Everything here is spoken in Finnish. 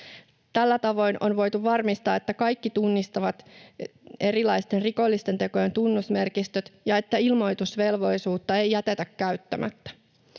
Tällä tavoin on voitu varmistaa, että kaikki tunnistavat erilaisten rikollisten tekojen tunnusmerkistöt ja että ilmoitusvelvollisuutta ei jätetä käyttämättä.